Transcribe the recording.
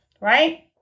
Right